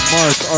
Mark